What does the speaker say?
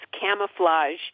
camouflage